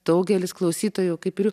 daugelis klausytojų kaip ir